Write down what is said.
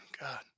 God